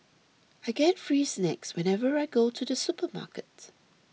I get free snacks whenever I go to the supermarket